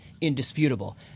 indisputable